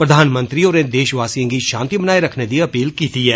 प्रधानमंत्री होरें देष वासिएं गी षांति बनाए रखने दी अपील कीती ऐ